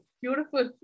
beautiful